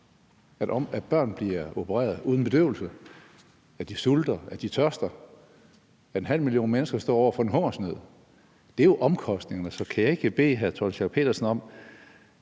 at børn bliver opereret uden bedøvelse, at de sulter, at de tørster, at en halv million mennesker står over for en hungersnød. Det er jo omkostningerne. Så kan jeg ikke bede hr. Torsten